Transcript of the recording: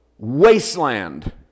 wasteland